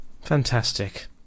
Fantastic